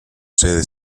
sede